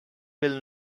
will